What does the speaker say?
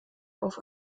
auf